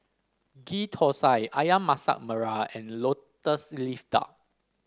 Ghee Thosai ayam Masak Merah and lotus leaf duck